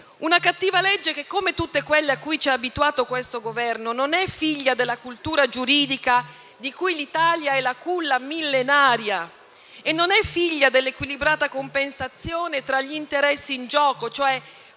Una cattiva legge che, come tutte quelle a cui ci ha abituato questo Governo, non è figlia della cultura giuridica di cui l'Italia è la culla millenaria, né dell'equilibrata compensazione tra gli interessi in gioco,